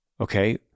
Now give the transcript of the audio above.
Okay